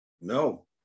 No